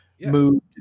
moved